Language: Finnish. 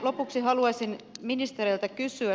lopuksi haluaisin ministereiltä kysyä